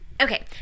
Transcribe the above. okay